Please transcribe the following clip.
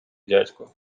дядько